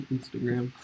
Instagram